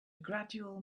gradual